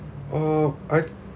uh I